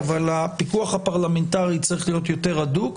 אבל הפיקוח הפרלמנטרי צריך להיות יותר הדוק.